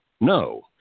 no